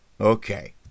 Okay